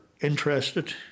interested